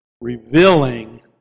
revealing